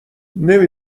نمی